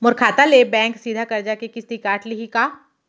मोर खाता ले बैंक सीधा करजा के किस्ती काट लिही का?